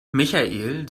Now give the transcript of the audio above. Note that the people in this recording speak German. michael